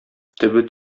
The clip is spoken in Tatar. төбе